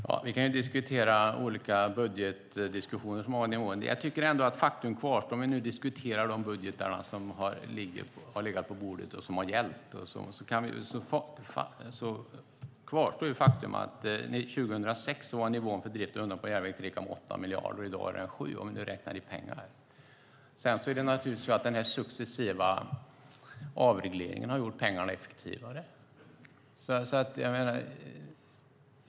Herr talman! Diskuterar vi de budgetar som har legat på bordet och som har hjälpt kvarstår det faktum att 2006 var anslaget för drift och underhåll på järnväg 3,8 miljarder, och i dag är det 7 miljarder. Den successiva avregleringen har dessutom gjort pengarna effektivare.